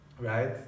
right